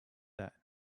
that